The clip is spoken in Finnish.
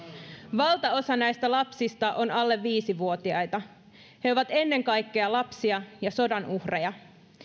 valtaosa näistä lapsista on alle viisivuotiaita he ovat ennen kaikkea lapsia ja sodan uhreja